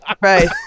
Right